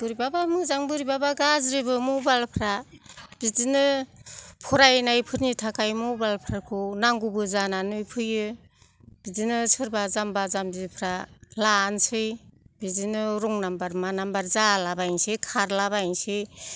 बोरैबाबा मोजां बोरैबाबा गाज्रिबो मबाइल फ्रा बिदिनो फरायनायफोरनि थाखाय मबाइल फोरखौ नांगौबो जानानै फैयो बिदिनो सोरबा जाम्बा जामबिफ्रा लानोसै बिदिनो रंनाम्बार मा नामबार जालाबायसै खारलाबायसै